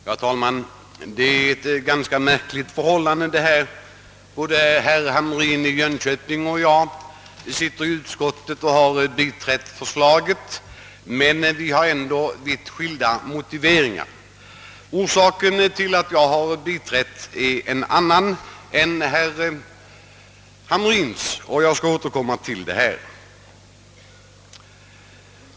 Herr talman! Det är ganska märkligt att både herr Hamrin i Jönköping och jag har i konstitutionsutskottet kunnat biträda dess förslag trots att vi har vitt skilda motiveringar för våra ställningstaganden. Orsaken till att jag har biträtt utskottets hemställan är nämligen en annan än den som gjort att herr Hamrin ansluter sig till utskottets förslag; jag skall strax återkomma till detta.